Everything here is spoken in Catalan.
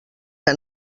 que